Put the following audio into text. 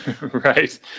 Right